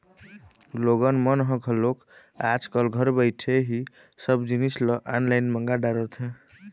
लोगन मन ह घलोक आज कल घर बइठे ही सब जिनिस ल ऑनलाईन मंगा डरथे